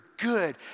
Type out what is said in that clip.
good